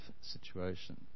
situation